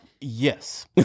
yes